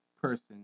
person